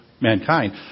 mankind